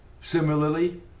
Similarly